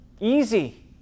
easy